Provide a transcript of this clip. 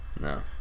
No